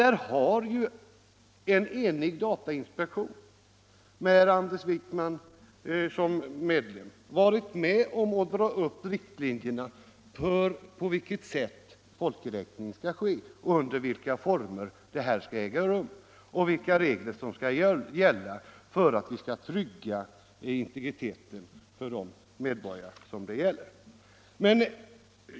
Där har en enig datainspektion, med Anders Wijkman som medlem, varit med om att dra upp riktlinjerna för på vilket sätt folkoch bostadsräkningen skall ske, under vilka former den skall äga rum och vilka regler som skall gälla för att vi skall trygga integriteten för medborgarna.